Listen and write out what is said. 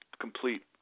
complete